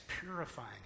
purifying